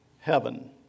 heaven